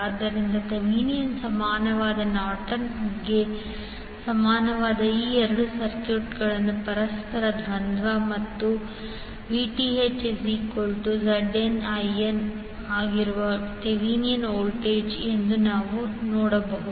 ಆದ್ದರಿಂದ ಥೆವೆನಿನ್ಗೆ ಸಮನಾದ ಮತ್ತು ನಾರ್ಟನ್ಗೆ ಸಮನಾದ ಈ ಎರಡು ಸರ್ಕ್ಯೂಟ್ಗಳು ಪರಸ್ಪರ ದ್ವಂದ್ವ ಮತ್ತು VThZNIN ಆಗಿರುವ ಥೆವೆನಿನ್ ವೋಲ್ಟೇಜ್ ಎಂದು ನೀವು ನೋಡಬಹುದು